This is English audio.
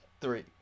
three